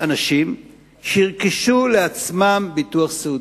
אנשים שירכשו לעצמם ביטוח סיעודי?